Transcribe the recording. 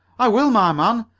i will, my man.